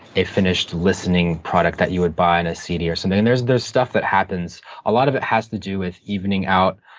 a finished listening product that you would buy on a cd or something. and there's there's stuff that happens. a lot of it has to do with evening out